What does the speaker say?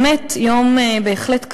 באמת יום בהחלט קשה.